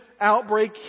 outbreak